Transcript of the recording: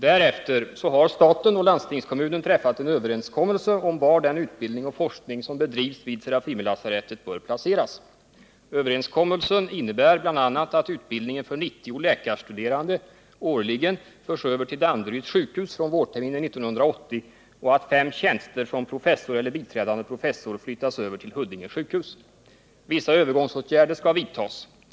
Därefter har staten och landstingskommunen träffat en överenskommelse om var den utbildning och forskning som bedrivs vid Serafimerlasarettet bör placeras. Överenskommelsen innebär bl.a. att utbildningen för 90 läkarstuderande årligen förs över till Danderyds sjukhus från vårterminen 1980 och att 5 tjänster som professor eller biträdande professor flyttas över till Huddinge sjukhus. Vissa övergångsåtgärder skall vidtas.